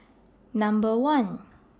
Number one